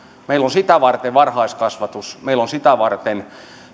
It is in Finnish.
meillä on sitä varten varhaiskasvatus meillä on sitä varten